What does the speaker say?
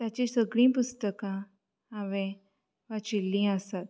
ताचीं सगळीं पुस्तकां हांवें वाचिल्लीं आसात